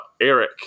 Eric